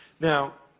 now,